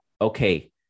okay